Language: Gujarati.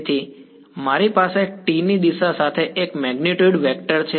તેથી મારી પાસે દિશા સાથે એક મેગ્નિટ્યુડ વેક્ટર છે